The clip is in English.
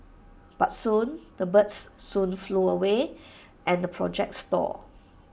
but soon the birds soon flew away and the project stalled